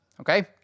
okay